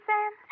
Sam